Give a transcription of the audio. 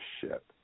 ship